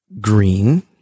Green